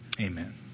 amen